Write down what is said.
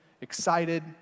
excited